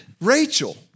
Rachel